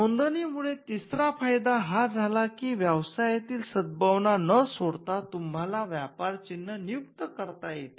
नोंदणी मुळे तिसरा फायदा हा झाला की व्यवसायातील सद्भावना न सोडता तुम्हाला व्यापार चिन्ह नियुक्त करता येते